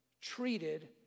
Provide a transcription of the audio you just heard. treated